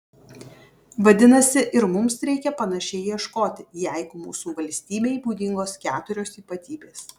vadinasi ir mums reikia panašiai ieškoti jeigu mūsų valstybei būdingos keturios ypatybės